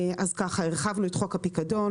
הרחבנו את חוק הפיקדון,